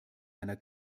einer